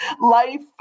Life